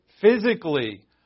physically